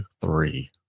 three